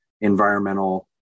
environmental